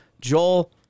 Joel